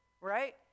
Right